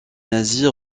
nazis